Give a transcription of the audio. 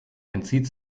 entzieht